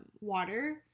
water